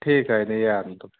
ठीक आहे ना या न तुम्ही